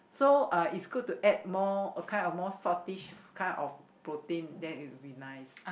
so uh it's good to add more a kind of more saltish kind of protein then it will be nice